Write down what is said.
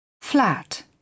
Flat